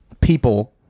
People